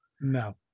No